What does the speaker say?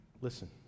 listen